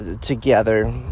together